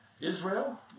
Israel